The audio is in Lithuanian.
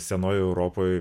senojoj europoj